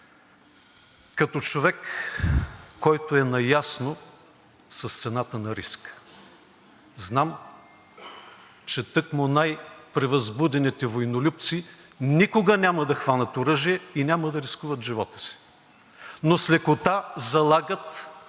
Като човек, който е наясно с цената на риска, знам, че тъкмо най-превъзбудените войнолюбци никога няма да хванат оръжие и няма да рискуват живота си, но с лекота залагат